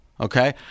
Okay